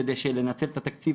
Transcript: כדי שלנצל את התקציב,